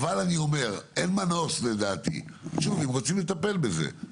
אני אומר אין מנוס לדעתי אם רוצים לטפל בזה.